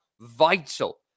vital